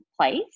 place